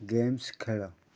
games ଖେଳ